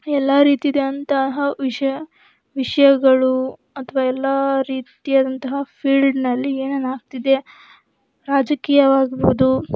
ಎಲ್ಲ ರೀತಿದು ಅಂತಹ ವಿಷ್ಯ ವಿಷಯಗಳು ಅಥವಾ ಎಲ್ಲ ರೀತಿಯಾದಂತಹ ಫೀಲ್ಡ್ನಲ್ಲಿ ಏನೇನು ಆಗ್ತಿದೆ ರಾಜಕೀಯವಾಗ್ಬೌದು